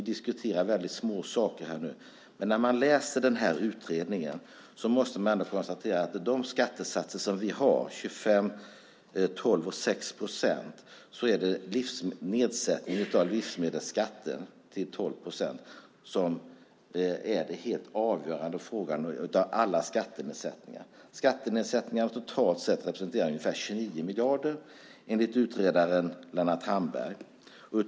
Nu diskuterar vi små saker, men när jag läser utredningen måste jag ändå konstatera att med de skattesatser som vi har, nämligen 25, 12 och 6 procent, är det nedsättningen av livsmedelsskatten till 12 procent som är den helt avgörande frågan bland alla skattenedsättningar. Skattenedsättningar representerar totalt sett ungefär 29 miljarder, enligt utredaren Lennart Hamberg.